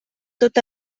tot